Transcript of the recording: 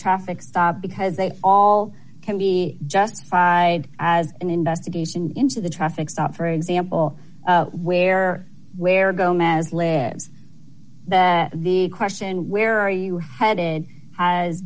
traffic stop because they all can be justified as an investigation into the traffic stop for example where where gomez leds that question where are you headed has